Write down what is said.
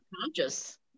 conscious